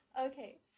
Okay